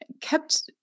kept